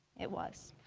it was.